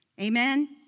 Amen